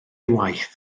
waith